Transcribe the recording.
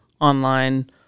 online